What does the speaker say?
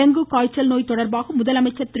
dengue காய்ச்சல் நோய் தொடர்பாக முதலமைச்சர் திரு